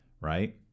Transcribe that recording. right